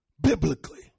biblically